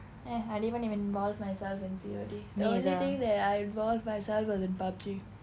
eh I didn't even involve myself in C_O_D the only thing that I involve myself was in PUB_G